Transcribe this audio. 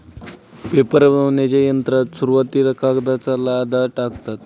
paper बनविण्याच्या यंत्रात सुरुवातीला कागदाचा लगदा टाकतात